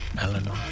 Eleanor